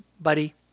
buddy